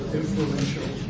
influential